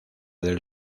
del